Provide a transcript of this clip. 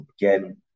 again